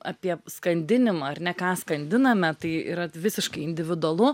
apie skandinimą ar ne ką skandiname tai yra visiškai individualu